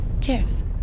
Cheers